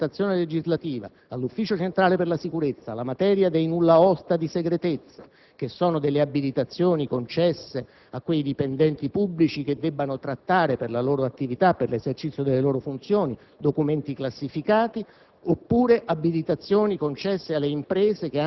Per la prima volta, in questa legge si dà una regolamentazione legislativa all'Ufficio Centrale per la Sicurezza, alla materia dei Nulla Osta di Segretezza, che sono abilitazioni concesse a quei dipendenti pubblici che debbano trattare, per l'esercizio delle loro funzioni, documenti classificati,